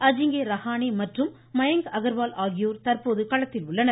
அஜிங்கே ரஹானே மற்றும் மயங்க் அகர்வால் ஆகியோர் தற்போது களத்தில் உள்ளனர்